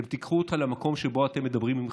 אתם תיקחו אותה למקום שבו אתם מדברים עם חבריכם,